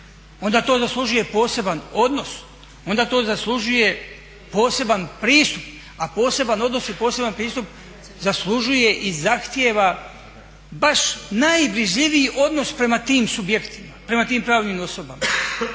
onda to zaslužuje poseban odnos, onda to zaslužuje poseban pristup, a poseban odnos i poseban pristup zaslužuje i zahtjeva baš najbrižljiviji odnos prema tim subjektima, prema tim pravnim osobama.